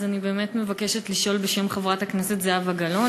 אני באמת מבקשת לשאול בשם חברת הכנסת זהבה גלאון.